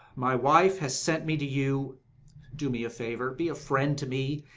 my wife has sent me to you do me a favour, be a friend to me,